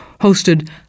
hosted